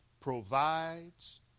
provides